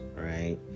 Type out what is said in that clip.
right